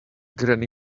granny